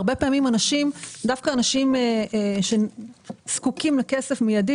הרבה פעמים דווקא אנשים שזקוקים לכסף מיידית